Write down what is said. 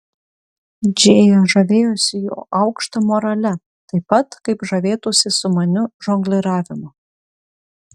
džėja žavėjosi jo aukšta morale taip pat kaip žavėtųsi sumaniu žongliravimu